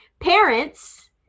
parents